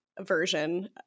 version